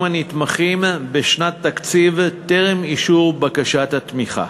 הנתמכים בשנת תקציב טרם אישור בקשת התמיכה.